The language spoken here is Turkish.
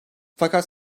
fakat